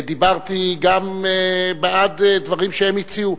ודיברתי גם בעד דברים שהם הציעו.